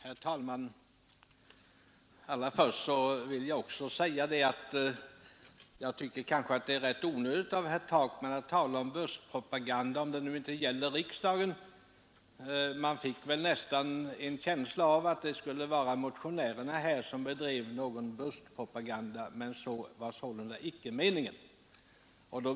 Herr talman! Allra först vill jag säga att det är ganska onödigt av herr Takman att tala om buskpropaganda om den nu inte gäller riksdagen. Av hans inlägg fick man nästan en känsla av att det skulle vara motionärerna som bedrev buskpropaganda, men det var tydligen inte hans mening.